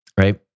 right